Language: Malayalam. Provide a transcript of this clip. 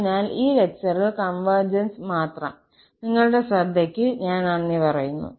അതിനാൽ ഈ ലെക്ചറിൽ കൺവെർജെൻസ് മാത്രം നിങ്ങളുടെ ശ്രദ്ധയ്ക്ക് ഞാൻ നന്ദി പറയുന്നു